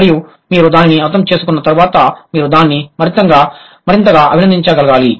మరియు మీరు దానిని అర్థం చేసుకున్న తర్వాత మీరు దాన్ని మరింతగా అభినందించగలగాలి